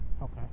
Okay